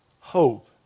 Hope